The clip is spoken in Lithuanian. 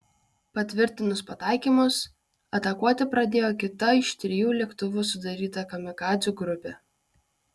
patvirtinus pataikymus atakuoti pradėjo kita iš trijų lėktuvų sudaryta kamikadzių grupė